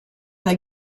dal